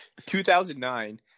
2009